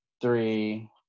three